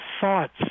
thoughts